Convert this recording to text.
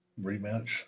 rematch